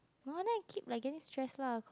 no wonder I keep like getting stress lah cause